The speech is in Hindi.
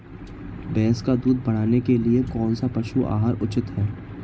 भैंस का दूध बढ़ाने के लिए कौनसा पशु आहार उचित है?